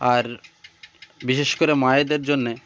আর বিশেষ করে মায়েদের জন্যে